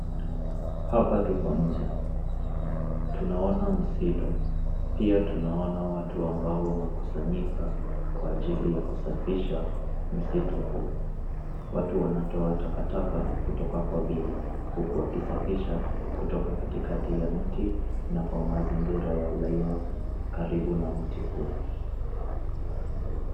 Hapa tuko nje, tunaona msitu, pia tunaona watu ambao wanakusanyika kwa ajili ya kusafisha msitu huu. Watu wanatoa takataka kutoka kwa bima, huku wakisafisha kutoka katika ya mti na kwa mazingira yaliyo karibu na mti huu.